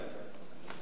עסק משפחתי: